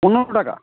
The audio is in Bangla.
পনেরো টাকা